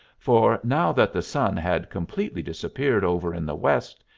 for, now that the sun had completely disappeared over in the west,